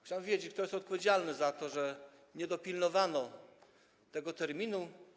Chciałem wiedzieć, kto jest odpowiedzialny za to, że nie dopilnowano tego terminu.